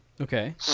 okay